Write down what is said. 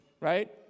right